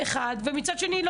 ומצד שני,